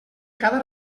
cada